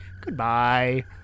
Goodbye